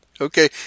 Okay